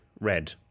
Red